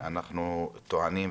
אנחנו טוענים,